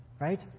right